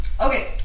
okay